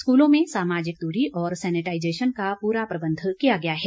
स्कूलों में सामाजिक दूरी और सेनेटाईजेशन का पूरा प्रबंध किया गया है